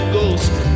Ghost